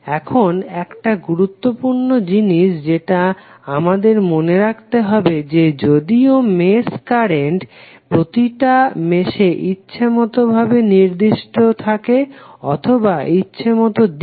এখন একটা গুরুত্বপূর্ণ জিনিস যেটা আমাদের মনে রাখতে হবে যে যদিও মেশ কারেন্ট প্রতিটা মেশে ইচ্ছেমত ভাবে নির্দিষ্ট থাকে অথবা ইচ্ছেমত দিকে